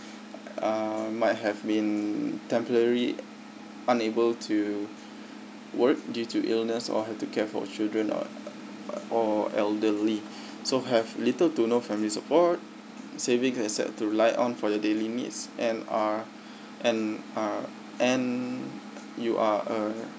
uh might have been temporary unable to work due to illness or have to care for children or or elderly so have little to no family support saving except to rely on for the daily needs and are and are and you are a